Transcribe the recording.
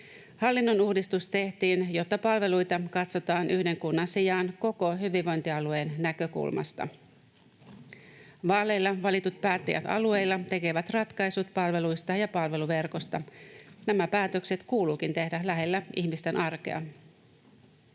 Hallinnonuudistus tehtiin, jotta palveluita katsotaan yhden kunnan sijaan koko hyvinvointialueen näkökulmasta. Vaaleilla valitut päättäjät alueilla tekevät ratkaisut palveluista ja palveluverkosta. Nämä päätökset kuuluukin tehdä lähellä ihmisten arkea.